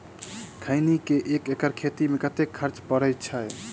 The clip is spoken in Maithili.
खैनी केँ एक एकड़ खेती मे कतेक खर्च परै छैय?